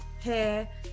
Hair